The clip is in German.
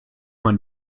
man